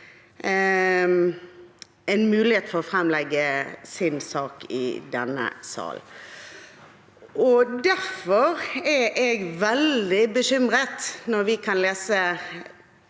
en mulighet for å legge fram sin sak i denne salen. Derfor er jeg veldig bekymret når vi kan lese